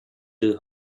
two